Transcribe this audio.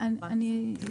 בנק ישראל.